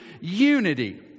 unity